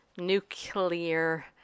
nuclear